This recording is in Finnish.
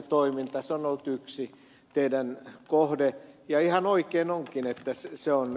se on ollut yksi teidän kohteenne ja ihan oikein onkin että se on